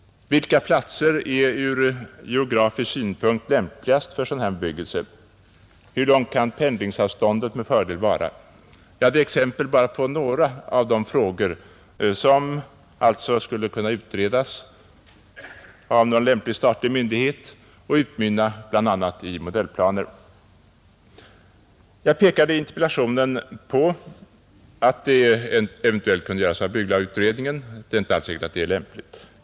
Vilka platser är ur geografisk synpunkt lämpligast för sådan bebyggelse? Hur långt kan pendlingsavståndet med fördel vara? Ja, detta är exempel bara på några av de frågor som alltså skulle kunna utredas av en statlig myndighet och utmynna bl.a. i modellplaner. Jag pekade i interpellationen på att utredningen eventuellt kunde göras av bygglagutredningen, men det är inte alls säkert att detta är lämpligt.